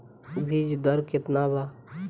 बीज दर केतना बा?